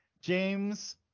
james